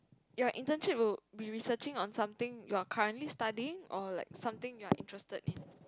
your internship will be researching on something you're currently studying or like something you're interested in